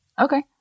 Okay